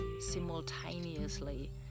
simultaneously